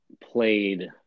Played